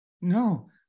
no